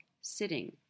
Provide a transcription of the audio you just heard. sitting